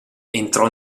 entrò